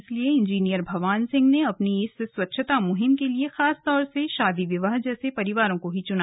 इसलिये इंजीनियर भवान सिंह ने अपनी इस स्वच्छता मुहिम के लिये खास तौर से शादी विवाह जैसे परिवारों को ही चुना